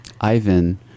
ivan